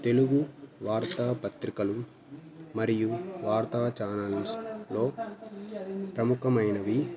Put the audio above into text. తెలుగు వార్తా పత్రికలు మరియు వార్తా ఛానల్స్లో ప్రముఖమైనవి